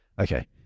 okay